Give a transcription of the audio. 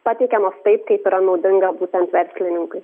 pateikiamos taip kaip yra naudinga būtent verslininkui